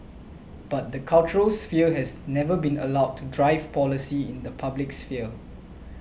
but the cultural sphere has never been allowed to drive policy in the public sphere